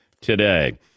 today